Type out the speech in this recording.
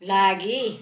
लागि